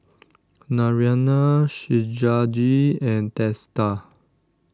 Naraina Shivaji and Teesta